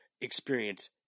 experience